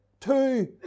Two